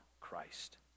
Christ